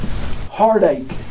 heartache